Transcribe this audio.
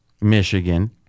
Michigan